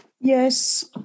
Yes